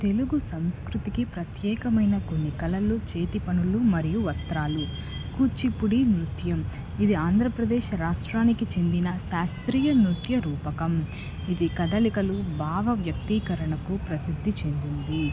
తెలుగు సంస్కృతికి ప్రత్యేకమైన కొన్ని కళలు చేతి పనులు మరియు వస్త్రాలు కూచిపుడి నృత్యం ఇది ఆంధ్రప్రదేశ్ రాష్ట్రానికి చెందిన శాస్త్రీయ నృత్య రూపకం ఇది కదలికలు భావ వ్యక్తీకరణకు ప్రసిద్ధి చెందింది